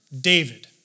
David